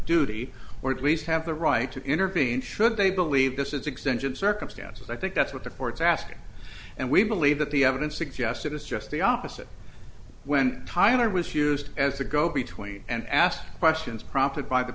duty or at least have the right to intervene should they believe this is extension circumstances i think that's what the courts ask and we believe that the evidence suggests that it's just the opposite when tyler was used as a go between and ask questions prompted by the